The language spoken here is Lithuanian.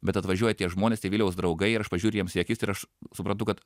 bet atvažiuoja tie žmonės tie viliaus draugai ir aš pažiūriu jiems į akis ir aš suprantu kad